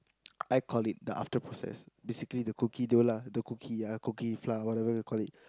I call it the after process basically the cookie dough lah the cookie yeah the cookie flour whatever you call it